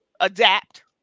adapt